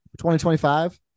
2025